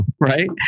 right